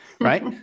right